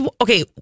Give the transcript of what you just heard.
okay